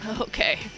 Okay